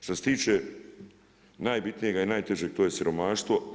Što se tiče najbitnijega i najtežega to je siromaštvo.